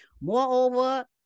Moreover